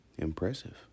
Impressive